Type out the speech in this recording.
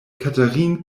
catherine